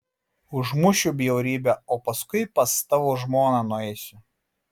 užmušiu bjaurybę o paskui pas tavo žmoną nueisiu